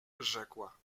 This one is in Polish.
rzekła